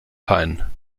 pine